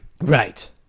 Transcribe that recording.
Right